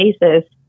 basis